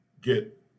get